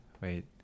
wait